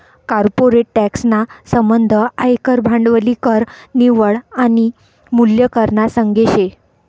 corporate tax ना संबंध आयकर, भांडवली कर, निव्वळ आनी मूल्य कर ना संगे शे